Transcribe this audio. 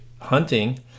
hunting